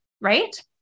Right